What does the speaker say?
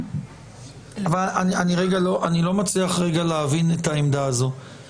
אני הייתי מקווה לשמוע מהמשרד לשירותים חברתיים שבכל